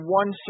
one